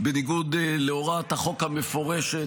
בניגוד להוראת החוק המפורשת,